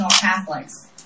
Catholics